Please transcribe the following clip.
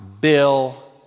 Bill